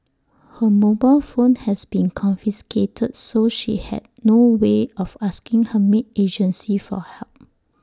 her mobile phone has been confiscated so she had no way of asking her maid agency for help